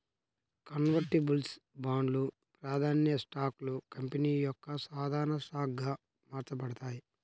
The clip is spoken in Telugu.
కన్వర్టిబుల్స్ బాండ్లు, ప్రాధాన్య స్టాక్లు కంపెనీ యొక్క సాధారణ స్టాక్గా మార్చబడతాయి